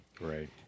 right